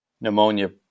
pneumonia